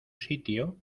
sitio